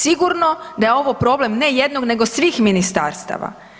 Sigurno da je ovo problem ne jednog nego svih ministarstava.